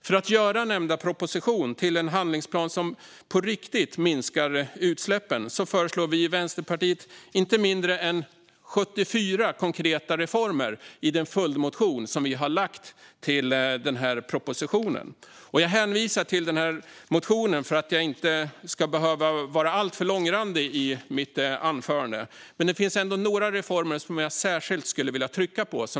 För att göra nämnda proposition till en handlingsplan som på riktigt minskar utsläppen föreslår vi i Vänsterpartiet inte mindre än 74 konkreta reformer i den följdmotion vi har lagt fram med anledning av propositionen. Jag hänvisar till motionen för att jag inte ska behöva vara alltför långrandig i mitt anförande, men det finns ändå några reformer vi lyfter upp som jag särskilt skulle vilja trycka på.